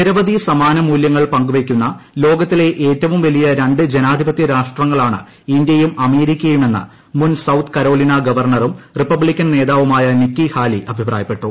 നിരവധി സമാന മൂല്യങ്ങൾ പങ്കുവയ്ക്കുന്ന ലോകത്തിലെ ഏറ്റവും വലിയ രണ്ട് ജനാധിപത്യ രാഷ്ട്രങ്ങളാണ് ഇന്ത്യയും അമേരിക്കയുമെന്ന് മുൻ സൌത്ത് കരോളീന ഗവർണറും റിപബ്ലിക്കൻ നേതാവുമായ നിക്കി ഹാലി അഭിപ്രായപ്പെട്ടു